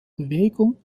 bewegung